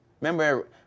Remember